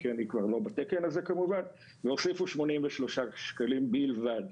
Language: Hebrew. כי אני כבר לא בתקן הזה כמובן והוסיפו 83 שקלים בלבד,